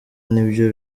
nibyo